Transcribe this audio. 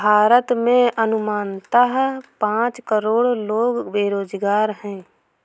भारत में अनुमानतः पांच करोड़ लोग बेरोज़गार है